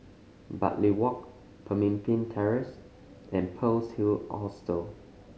Bartley Walk Pemimpin Terrace and Pearl's Hill Hostel